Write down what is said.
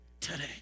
today